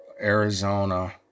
Arizona